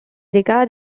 regard